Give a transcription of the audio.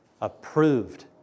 approved